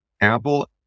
Apple